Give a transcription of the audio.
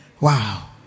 Wow